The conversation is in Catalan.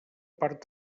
part